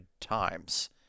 times